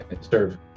serve